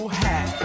hat